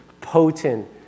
potent